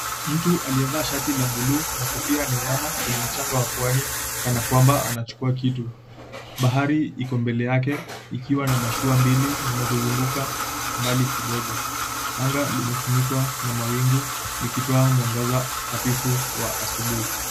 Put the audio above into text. Mtu aliyevaa shati la buluu na kofia anainama kwenye mchanga wa pwani kana kwamba anachukua kitu. Bahari iko mbele yake ikiwa na mashua mbili zinazozunguka mbali kidogo. Anga limefunikwa na mawingu likitoa mwangaza hafifu wa asubuhi.